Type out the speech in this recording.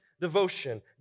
devotion